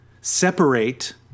separate